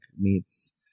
meets